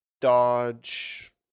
Dodge